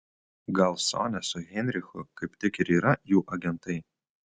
gal sonia su heinrichu kaip tik ir yra jų agentai